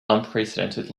unprecedented